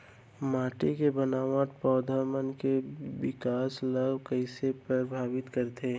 माटी के बनावट पौधा मन के बिकास ला कईसे परभावित करथे